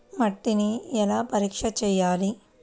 మట్టిని ఎలా పరీక్ష చేయాలి?